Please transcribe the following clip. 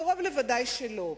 קרוב לוודאי שלא.